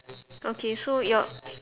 okay so your